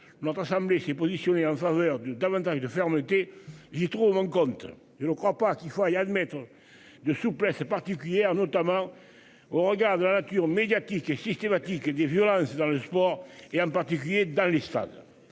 enfin semblait s'est positionné en faveur du davantage de fermeté. J'y trouve mon compte, je ne crois pas qu'il faille admettre. De souplesse particulière notamment au regard de la nature médiatique et. Systématique et des violences dans le sport et en particulier dans les stades